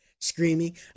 screaming